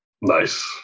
Nice